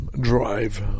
drive